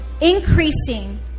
increasing